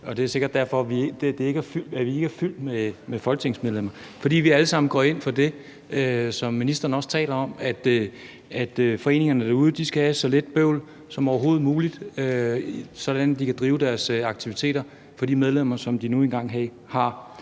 Det er sikkert derfor, at der ikke er fyldt med folketingsmedlemmer. Vi går alle sammen ind for det, som ministeren også taler om, nemlig at foreningerne derude skal have så lidt bøvl som overhovedet muligt, sådan at de kan drive deres aktiviteter for de medlemmer, som de nu engang har.